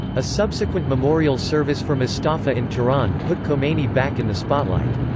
a subsequent memorial service for mostafa in tehran put khomeini back in the spotlight.